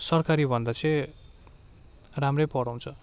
सरकारीभन्दा चाहिँ राम्रै पढाउँछ